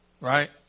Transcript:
right